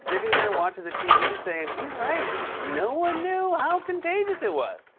sitting there watching the tv saying, he's right. no one new how contagious it was.